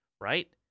Right